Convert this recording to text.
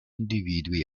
individui